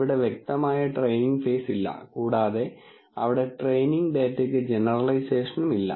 അവിടെ വ്യക്തമായ training phase ഇല്ല കൂടാതെ അവിടെ ട്രെയിനിങ് ഡേറ്റക്ക് ജനറലൈസേഷനും ഇല്ല